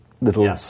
little